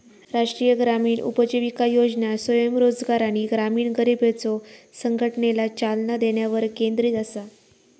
राष्ट्रीय ग्रामीण उपजीविका योजना स्वयंरोजगार आणि ग्रामीण गरिबांच्यो संघटनेला चालना देण्यावर केंद्रित असा